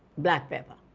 black pepper,